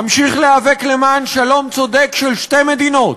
אמשיך להיאבק למען שלום צודק של שתי מדינות.